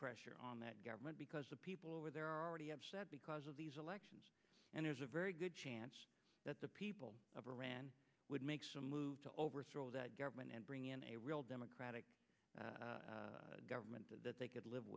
pressure on that government because the people over there are already upset because of these elections and there's a very good chance that the people of iran would make some move to overthrow that government and bring in a real democratic government that they could live